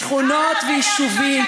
שכונות ויישובים,